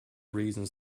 reasons